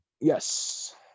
Yes